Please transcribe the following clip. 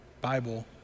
Bible